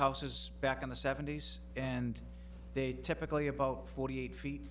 houses back in the seventy's and they typically about forty eight feet